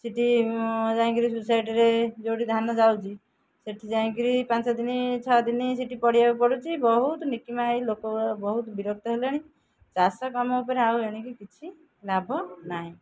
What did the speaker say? ସେଇଠି ଯାଇକିରି ସୋସାଇଟ୍ରେ ଯେଉଁଠି ଧାନ ଯାଉଛି ସେଇଠି ଯାଇକିରି ପାଞ୍ଚ ଦିନ ଛଅ ଦିନ ସେଇଠି ପଡ଼ିିବାକୁ ପଡ଼ୁଛି ବହୁତ ନକିମା ହେଇ ଲୋକ ବହୁତ ବିରକ୍ତ ହେଲେଣି ଚାଷ କାମ ଉପରେ ଆଉ ଏଣିକି କିଛି ଲାଭ ନାହିଁ